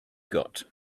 got